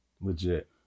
Legit